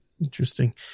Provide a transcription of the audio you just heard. Interesting